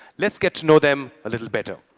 let's get to know them a little better.